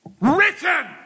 written